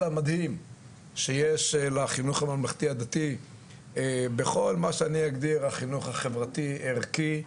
המדהים שיש לחינוך הממלכתי דתי בכל מה שאני אגדיר החינוך החברתי ערכי,